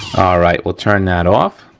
right, we'll turn that off.